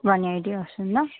one eighty వస్తుందా